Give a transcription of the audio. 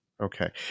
Okay